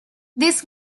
this